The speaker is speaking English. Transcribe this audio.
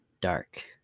Dark